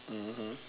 mmhmm